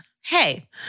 hey